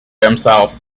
themselves